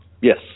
Yes